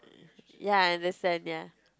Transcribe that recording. ya I understand ya